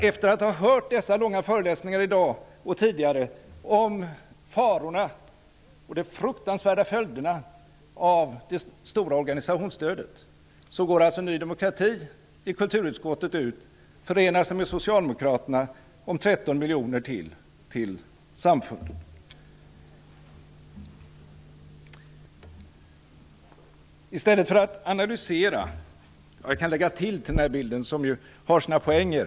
Efter att ha hört dessa långa föreläsningar i dag och tidigare om farorna och de fruktansvärda följderna av det stora organisationsstödet kan vi alltså konstatera att Ny demokrati i kulturutskottet förenar sig med Den här bilden har sina poänger.